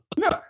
No